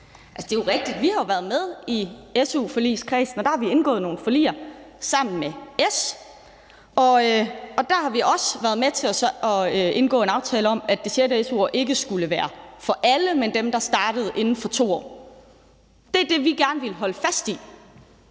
Det er jo rigtigt, at vi har været med i su-forligskredsen, og der har vi indgået nogle forliger sammen med S, og der har vi også været med til at indgå en aftale om, at det sjette su-år ikke skulle være for alle, men for dem, der startede inden for 2 år. Det er det, vi gerne vil holde fast i.